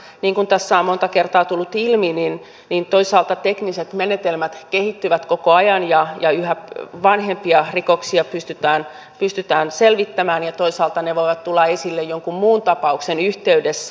niin kuin tässä on monta kertaa tullut ilmi toisaalta tekniset menetelmät kehittyvät koko ajan ja yhä vanhempia rikoksia pystytään selvittämään ja toisaalta ne voivat tulla esille jonkin muun tapauksen yhteydessä